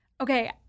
Okay